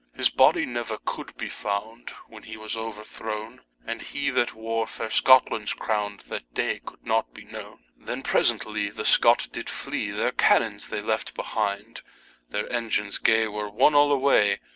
his bodie never could be found, when he was over throwne, and he that wore faire scotland's crowne that day could not be knowne. then presently the scot did flie, their cannons they left behind their ensignes gay were won all away,